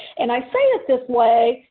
and i say this this way.